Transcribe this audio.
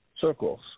circles